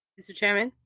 mr. chairman?